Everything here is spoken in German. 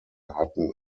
hatten